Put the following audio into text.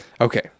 Okay